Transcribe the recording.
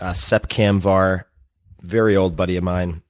ah sep kamvar, very old buddy of mine,